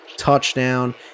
touchdown